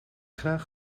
graag